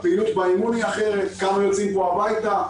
הפעילות באימון היא אחרת, כמה יוצאים פה הביתה.